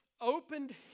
opened